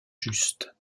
just